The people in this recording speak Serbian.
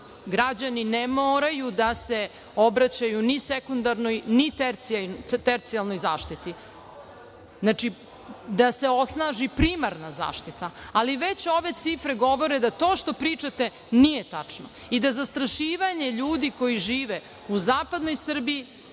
građani ne moraju da se obraćaju ni sekundarnoj, ni tercijalnoj zaštiti. Znači, da se osnaži primarna zaštita. Ali, već ove cifre govore da to što pričate nije tačno i da zastašivanje ljudi koji žive u zapadnoj Srbiji